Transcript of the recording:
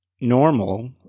normal